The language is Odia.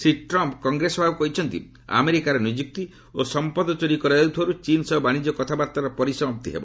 ଶ୍ରୀ ଟ୍ରମ୍ପ୍ କଂଗ୍ରେସ ସଭାକୁ କହିଛନ୍ତି ଆମେରିକାର ନିଯୁକ୍ତି ଓ ସମ୍ପଦ ଚୋରି କରାଯାଉଥିବାର୍ତ ଚୀନ୍ ସହ ବାଶିଜ୍ୟ କଥାବାର୍ତ୍ତାର ପରିସମାପ୍ତି ହେବ